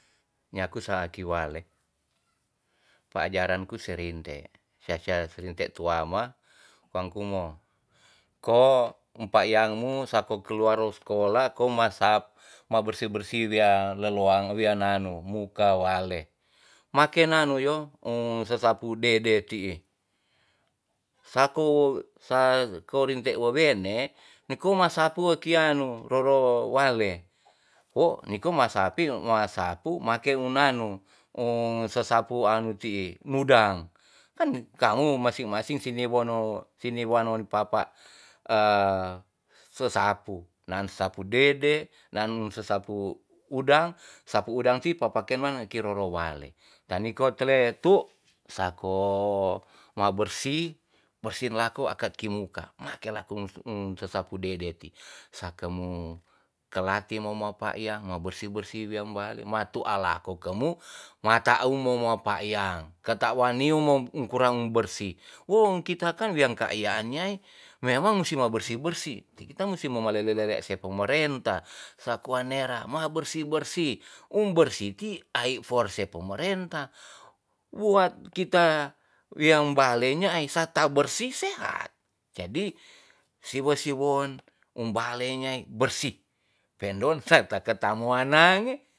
Nyaku saki wale pajaran ku si rinte sa sia rinte tuama wang kumo ko empakyang mu sako keluar skolah kong ma sap ma bersi bersi wia leloa wia nanu muka wale make nanu yo um sesapu dede ti'i sako- sako rinte wewene niko mo ma sapu kiano roro wale wo niko ma sapi ma sapu make unanu um sesapu anu ti'i nudang kan kamu masing masing sini wono sini wanon papa a sesapu nan sesapu dede nan sesapu udang sapu udang ti papa kena ti ke roro wale tan niko tleh tu sako ma bersi bersi lako akat ki muka make laku um sesapu dede ti sake mo kelati mo mapakyang mo bersi bersi wea bale ma tu alako kemu `mata um mo mapakyang ketak wani mo kurang bersi wong kita kan wean ka a nyaai memang musi ma bersi bersi ti kita musi mo ma lele lele se pemerenta saku wa nera ma bersi um bersi ti ae for se pemerinta wuat kita wia bale nyaai sarta bersih sehat jadi siwe siwon um bale nyaai bersih pe ndon sata keta moa nange